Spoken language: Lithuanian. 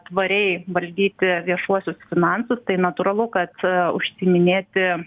tvariai valdyti viešuosius finansus tai natūralu kad užsiiminėti